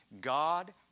God